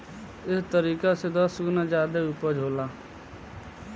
एह तरीका से दस गुना ज्यादे ऊपज होता